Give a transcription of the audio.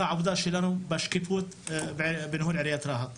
העבודה שלנו בשקיפות ובניהול עיריית רהט.